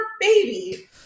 baby